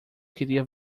queria